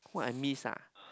what I miss ah